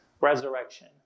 resurrection